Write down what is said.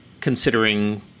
considering